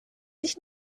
nicht